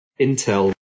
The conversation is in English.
Intel